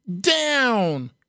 down